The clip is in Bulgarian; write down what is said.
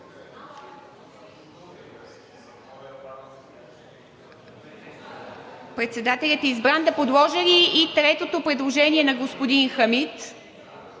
Председателят е избран. Да подложа ли и третото предложение – на господин Хамид?